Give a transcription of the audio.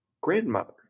grandmother